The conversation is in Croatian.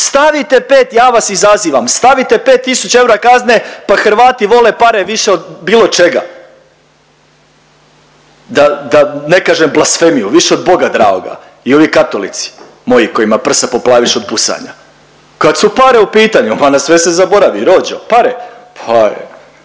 stavite 5, ja vas izazivam, stavite 5 tisuća eura kazne pa Hrvati vole pare više od bilo čega da ne kažem blasfemiju, više od Boga dragoga i ovi katolici moji kojima prsa poplaviše od busanja. Kad su pare u pitanju pa na sve se zaboravi rođo pare, pare.